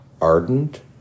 Ardent